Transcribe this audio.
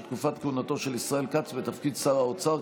תקופת כהונתו של ישראל כץ בתפקיד שר האוצר,